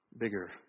Bigger